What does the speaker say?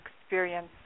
experience